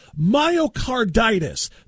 myocarditis